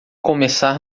começar